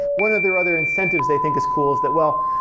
one of their other incentives they think is cool is that well,